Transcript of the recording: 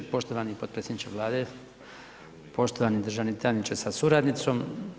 Poštovani potpredsjedniče Vlade, poštovani državni tajniče sa suradnicom.